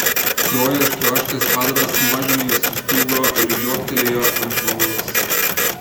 kraujo ištroškęs padaras nuožmiai sustūgo ir liuoktelėjo ant žmogaus